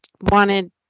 wanted